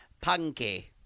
Punky